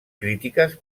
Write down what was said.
crítiques